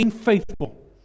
faithful